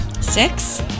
Six